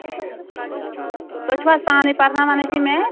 اَدٕ حظ ٹھیٖک تُہۍ چھُو حظ پانے پَرناوان اَتہِ یہِ میتھ